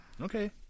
Okay